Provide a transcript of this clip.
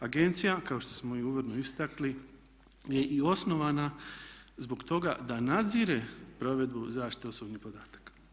Agencija kao što smo i uvodno istakli je i osnovana zbog toga da nadzire provedbu zaštiti osobnih podataka.